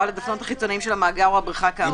או על הדפנות החיצוניים של המאגר או הבריכה כאמור.